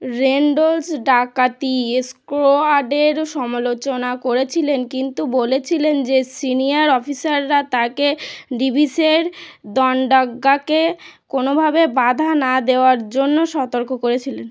Randall's ডাকাতি স্কোয়াডের সমালোচনা করেছিলেন কিন্তু বলেছিলেন যে সিনিয়ার অফিসাররা তাকে ডিভিসের দণ্ডাজ্ঞাকে কোনোভাবে বাধা না দেওয়ার জন্য সতর্ক করেছিলেন